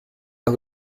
los